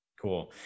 Cool